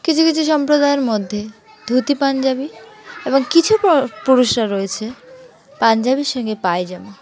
কিছু কিছু সম্প্রদায়ের মধ্যে ধুতি পাঞ্জাবি এবং কিছু প পুরুষরা রয়েছে পাঞ্জাবির সঙ্গে পায়জামা